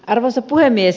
arvoisa puhemies